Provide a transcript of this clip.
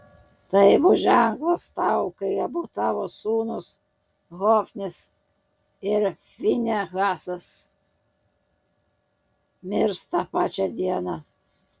tai bus ženklas tau kai abu tavo sūnūs hofnis ir finehasas mirs tą pačią dieną